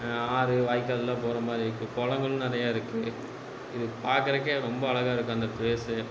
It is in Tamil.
ஆறு வாய்க்கால்லாம் போகிற மாதிரி இருக்குது குளங்களும் நிறையா இருக்குது இது பார்க்குறக்கே ரொம்ப அழகாக இருக்கும் அந்த பிளேஸு